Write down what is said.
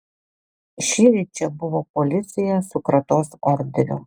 šįryt čia buvo policija su kratos orderiu